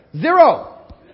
Zero